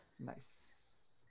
Nice